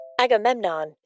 Agamemnon